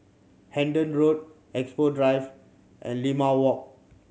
Hendon Road Expo Drive and Limau Walk